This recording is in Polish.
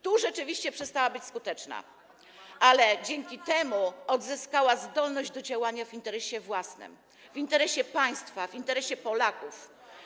Tu rzeczywiście przestała być skuteczna, ale dzięki temu odzyskała zdolność do działania w interesie własnym, w interesie państwa, w interesie Polaków.